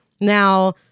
Now